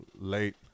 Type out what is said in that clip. late